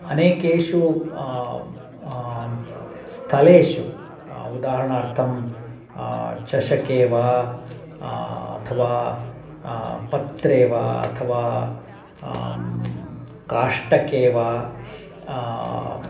अनेकेषु स्थलेषु उदाहरणार्थं चषके वा अथवा पत्रे वा अथवा काष्टे वा